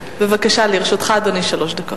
בבקשה, אדוני, לרשותך שלוש דקות.